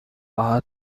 path